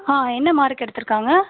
ஆ என்ன மார்க் எடுத்திருக்காங்க